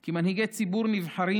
כי מנהיגי ציבור נבחרים,